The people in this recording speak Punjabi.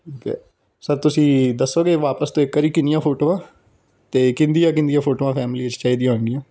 ਠੀਕ ਹੈ ਸਰ ਤੁਸੀਂ ਦੱਸੋਂਗੇ ਵਾਪਸ ਤੋਂ ਇੱਕ ਵਾਰੀ ਕਿੰਨੀਆਂ ਫੋਟੋਆਂ ਅਤੇ ਕਿਸਦੀਆਂ ਕਿਸਦੀਆਂ ਫੋਟੋਆਂ ਫੈਮੀਲੀ 'ਚ ਚਾਹੀਦੀਆਂ ਹੋਣਗੀਆਂ